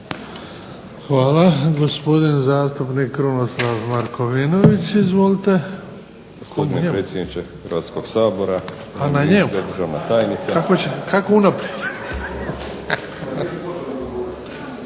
Hvala. Gospodin zastupnik Krunoslav Markovinović. Izvolite. **Markovinović,